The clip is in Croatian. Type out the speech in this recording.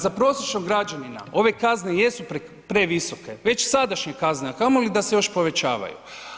Za prosječnog građanina ove kazne jesu previsoke, već sadašnje kazne, a kamoli da se još povećavaju.